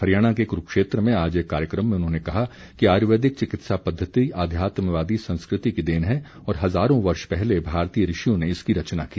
हरियाणा के कुरूक्षेत्र में आज एक कार्यक्रम में उन्होंने कहा कि आयुर्वेदिक चिकित्सा पद्वति अध्यात्मवादी संस्कृति की देन है और हज़ारों वर्ष पहले भारतीय ऋषियों ने इसकी रचना की